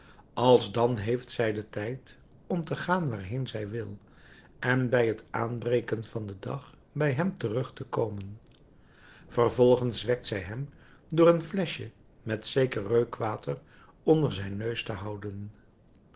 alsdan heeft zij den tijd om te gaan waarheen zij wil en bij het aanbreken van den dag bij hem terug te komen vervolgens wekt zij hem door een fleschje met zeker reukwater onder zijn neus te houden